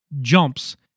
jumps